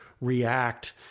react